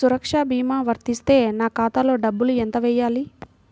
సురక్ష భీమా వర్తిస్తే నా ఖాతాలో డబ్బులు ఎంత వేయాలి?